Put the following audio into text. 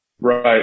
Right